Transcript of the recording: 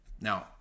Now